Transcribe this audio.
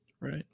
Right